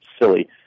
silly